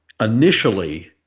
initially